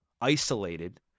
isolated